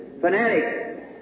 fanatic